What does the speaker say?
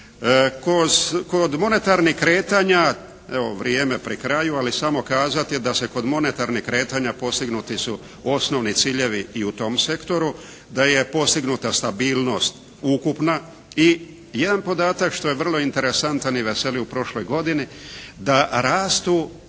Kod monetarnih kretanja evo, vrijeme pri kraju ali samo kazati da se kod monetarnih kretanja postignuti su osnovni ciljevi i u tom sektoru, da je postignuta stabilnost ukupna. I jedan podatak što je vrlo interesantan i veseli u prošloj godini da rastu,